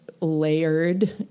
layered